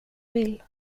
vill